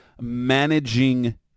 managing